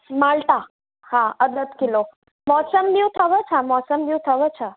माल्टा हा अधि अधि किलो मौसम्बियूं अथव छा मौसम्बियूं अथव छा